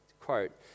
quote